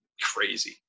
crazy